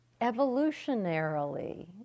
evolutionarily